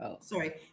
Sorry